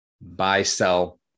buy-sell